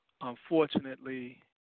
unfortunately